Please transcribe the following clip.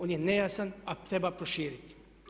On je nejasan a treba proširiti.